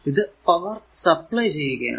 ഇത് power supply ചെയ്യുകയാണ്